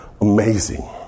amazing